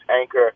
anchor